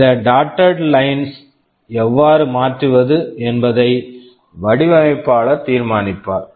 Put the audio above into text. இந்த dotted line dotted line ஐ எவ்வாறு மாற்றுவது என்பதை வடிவமைப்பாளர் தீர்மானிப்பார்